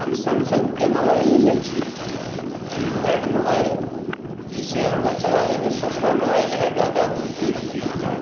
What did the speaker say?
हम सैमसंगके मोबाइल लेले छी एण्ड्रॉयड मोबाइल जाहिसँ हमरा चलाबैमे सस्ता मोबाइल है जादा ओकर कीमत नहि है